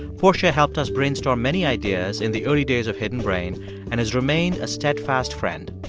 portia helped us brainstorm many ideas in the early days of hidden brain and has remained a steadfast friend.